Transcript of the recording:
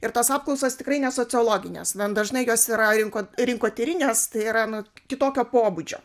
ir tos apklausos tikrai ne sociologinės gan dažnai jos yra rinko rinkotyrinės tai yra nu kitokio pobūdžio